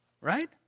right